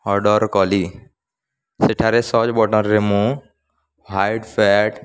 order କଲି ସେଠାରେ search ବଟନ୍ରେ ମୁଁ ହ୍ୱାଇଟ୍ ଫ୍ୟାଟ୍